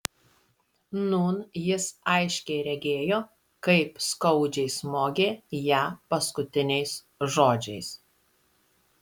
nūn jis aiškiai regėjo kaip skaudžiai smogė ją paskutiniais žodžiais